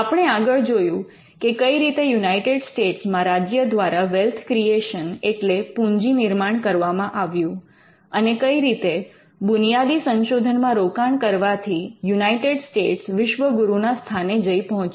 આપણે આગળ જોયું કે કઈ રીતે યુનાઇટેડ સ્ટેટ્સમાં રાજ્ય દ્વારા વેલ્થ ક્રિએશન એટલે પુંજી નિર્માણ કરવામાં આવ્યું અને કઈ રીતે બુનિયાદી સંશોધનમાં રોકાણ કરવાથી યુનાઈટેડ સ્ટેટ્સ વિશ્વગુરુના સ્થાને જઈ પહોંચ્યું